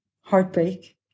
heartbreak